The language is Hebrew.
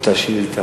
על אותה שאילתא.